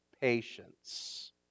patience